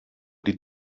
die